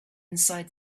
inside